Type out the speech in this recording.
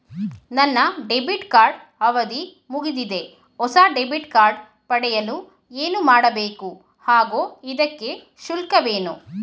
ನನ್ನ debit card ಅವಧಿ ಮುಗಿದಿದೆ ಹೊಸ ಡೆಬಿಟ್ ಕಾರ್ಡ್ ಪಡೆಯಲು ಏನು ಮಾಡಬೇಕು ಹಾಗೂ ಇದಕ್ಕೆ ಶುಲ್ಕವೇನು?